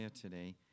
today